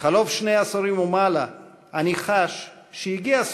בחלוף שני עשורים ומעלה אני חש שהגיעה